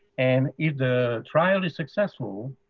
and if the trial is successful,